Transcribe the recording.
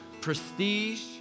prestige